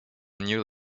new